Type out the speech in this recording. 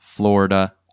Florida